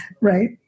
Right